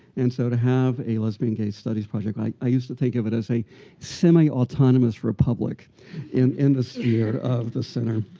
and so, to have a lesbian and gay studies project, i used to think of it as a semi-autonomous republic in in the sphere of the center.